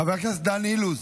חבר הכנסת דן אילוז,